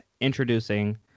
introducing